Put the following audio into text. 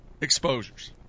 exposures